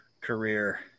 career